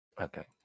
Okay